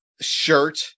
shirt